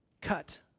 cut